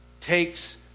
takes